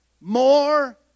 more